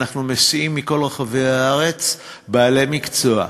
ואנחנו מסיעים מכל רחבי הארץ בעלי מקצוע,